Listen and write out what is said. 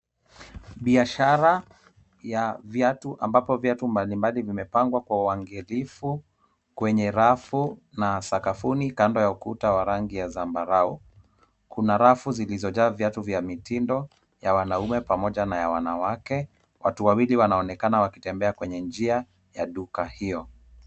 Biashara ya viatu ambapo viatu mbalimbali vimepangwa kwa uangalifu kwenye rafu na sakafuni kando ya ukuta wa rangi ya zambarau. Kuna rafu zilizojaa viatu vya mitindo ya wanaume pamoja na ya wanawake. Watu wawili wanaonekana wakitembea kwenye njia ya duka hiyo.